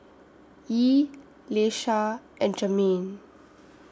Yee Leisha and Jermain